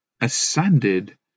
ascended